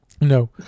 No